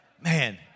Man